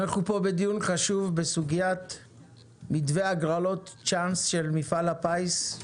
אנחנו פה בדיון חשוב בסוגיית מתווה הגרלות צ'אנס של מפעל הפיס.